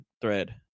thread